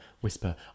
whisper